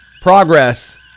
Progress